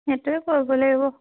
সেইটোৱে কৰিব লাগিব